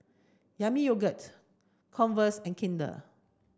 Yami Yogurt Converse and Kinder